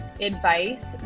advice